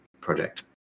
project